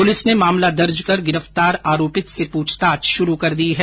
police ने मामला दर्ज कर गिरफ्तार आरोपी से पूछताछ शुरू कर दी है